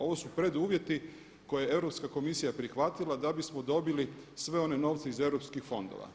Ovo su preduvjeti koje je Europska komisija prihvatila da bismo dobili sve one novce iz EU fondova.